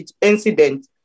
incident